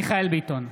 מיכאל מרדכי ביטון,